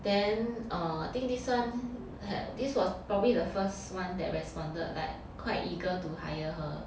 then err I think this one had this was probably the first one that responded like quite eager to hire her